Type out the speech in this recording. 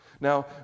Now